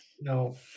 no